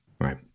right